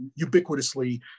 ubiquitously